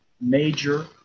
Major